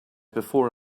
before